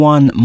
One